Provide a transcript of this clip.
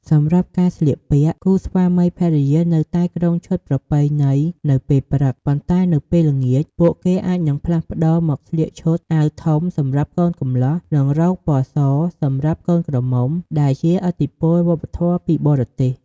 សម្រាប់ការស្លៀកពាក់ គូស្វាមីភរិយានៅតែគ្រងឈុតប្រពៃណីនៅពេលព្រឹក ប៉ុន្តែនៅពេលល្ងាច ពួកគេអាចនឹងផ្លាស់ប្តូរមកស្លៀកឈុតអាវធំសម្រាប់កូនកំលោះ និងរ៉ូបពណ៌សសម្រាប់កូនក្រមុំ ដែលជាឥទ្ធិពលវប្បធម៌ពីបរទេស។